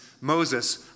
Moses